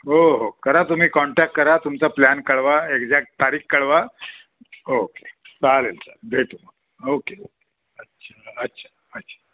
हो हो करा तुम्ही कॉन्टॅक करा तुमचा प्लॅन कळवा एक्झॅक्ट तारीख कळवा ओके चालेल चाल भेटू मग ओके अच्छा अच्छा अच्छा